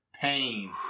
pain